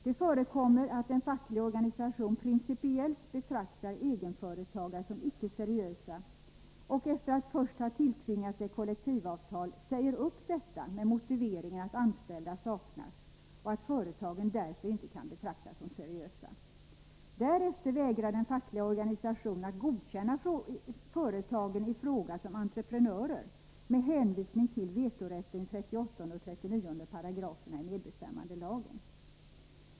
Det förekommer att en facklig organisation principiellt betraktar egenföretagare som icke seriösa och efter att först ha tilltvingat sig kollektivavtal säger upp detta med motiveringen att anställda saknas och att företagen därför inte kan betraktas som seriösa. Därefter vägrar den fackliga organisationen att godkänna företagen i fråga som entreprenörer med hänvisning till vetorätten i 38 och 39 §§ Medbestämmandelagen.